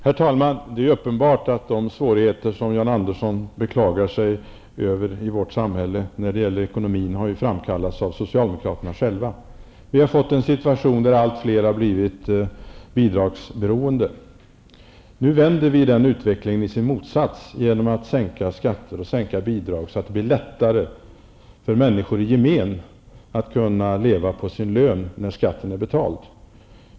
Herr talman! Det är uppenbart att de svårigheter som Jan Andersson beklagade sig över i vårt samhälle när det gäller ekonomin har framkallats av socialdemokraterna själva. Vi har fått ett läge där allt fler har blivit bidragsberoende. Nu vänder vi den utvecklingen till sin motsats genom att sänka skatter och bidrag, så att det blir lättare för människor i gemen att leva på sin lön sedan skatten blivit betald.